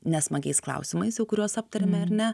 nesmagiais klausimais jau kuriuos aptarėme ar ne